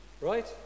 right